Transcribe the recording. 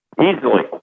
Easily